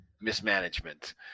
mismanagement